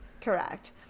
Correct